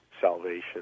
salvation